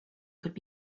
could